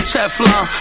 Teflon